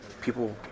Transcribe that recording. people